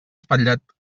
espatllat